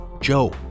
Joe